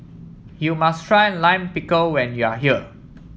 you must try Lime Pickle when you are here